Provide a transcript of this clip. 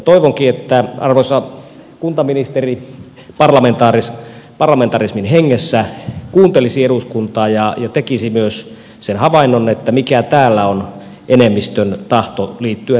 toivonkin että arvoisa kuntaministeri parlamentarismin hengessä kuuntelisi eduskuntaa ja tekisi myös havainnon siitä mikä täällä on enemmistön tahto liittyen tähän kysymykseen